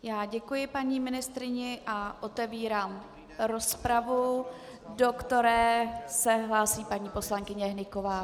Já děkuji paní ministryni a otevírám rozpravu, do které se hlásí paní poslankyně Hnyková.